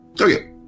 Okay